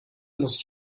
muss